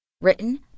Written